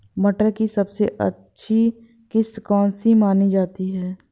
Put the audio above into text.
मटर की सबसे अच्छी किश्त कौन सी मानी जाती है?